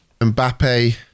Mbappe